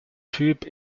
typ